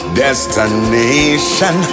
destination